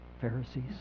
Pharisees